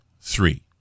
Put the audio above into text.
three